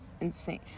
insane